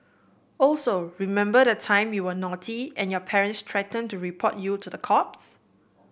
also remember the time you were naughty and your parents threatened to report you to the cops